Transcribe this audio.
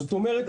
זאת אומרת,